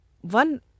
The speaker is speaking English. one